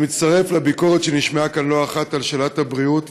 זה מצטרף לביקורת שנשמעה כאן לא אחת על שאלת הבריאות,